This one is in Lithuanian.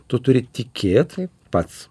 tu turi tikėt pats